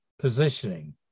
positioning